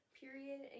Period